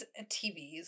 TVs